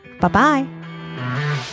Bye-bye